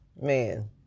man